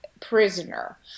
prisoner